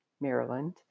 Maryland